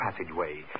passageway